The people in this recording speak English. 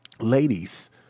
ladies